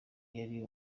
yari